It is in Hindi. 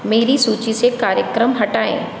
मेरी सूची से कार्यक्रम हटाएँ